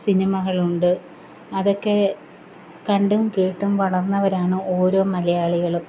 സിനിമകളുണ്ട് അതൊക്കെ കണ്ടും കേട്ടും വളര്ന്നവരാണ് ഓരോ മലയാളികളും